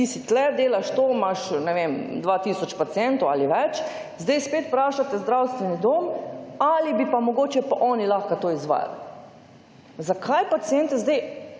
ti si tukaj, delaš to, imaš, ne vem, 2 tisoč pacientov ali več, zdaj spet vprašate zdravstveni dom ali bi pa mogoče oni lahko to izvajali? Zakaj paciente zdaj